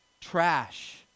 trash